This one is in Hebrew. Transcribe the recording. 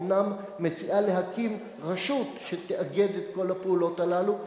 אומנם מציעה להקים רשות שתאגד את כל הפעולות הללו.